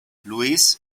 luis